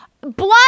Blood